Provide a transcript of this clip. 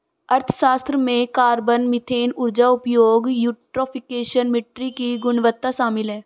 अर्थशास्त्र में carbon, methane ऊर्जा उपयोग, यूट्रोफिकेशन, मिट्टी की गुणवत्ता शामिल है